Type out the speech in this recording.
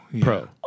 Pro